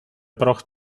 braucht